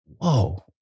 whoa